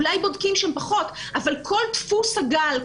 אולי בודקים שם פחות אבל כל דפוס הגל,